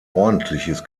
ordentliches